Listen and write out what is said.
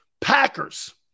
Packers